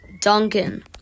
Duncan